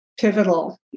pivotal